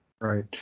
Right